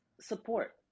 support